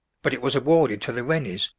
but it was awarded to the rennies,